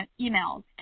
emails